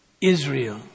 Israel